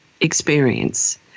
experience